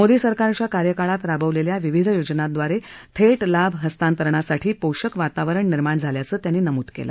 मोदी सरकारच्या कार्यकाळात राबवलेल्या विविध योजनांद्वारे थेट लाभ हस्तांतरणासाठी पोषक वातावरण निर्माण झाल्याचं त्यांना नमूद केलं